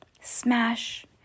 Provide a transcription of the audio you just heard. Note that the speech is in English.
smash